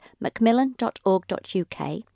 macmillan.org.uk